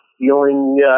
feeling